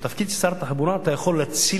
שבתפקיד שר התחבורה אתה יכול להציל